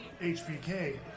HBK